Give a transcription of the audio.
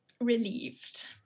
relieved